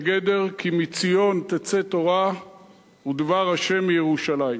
בגדר כי מציון תצא תורה ודבר השם מירושלים.